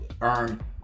earn